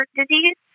disease